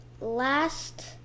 last